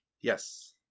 yes